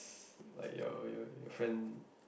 like your your your friend